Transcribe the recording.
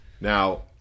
now